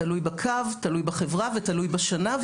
תלוי בקו, תלוי בחברה ותלוי בשנה.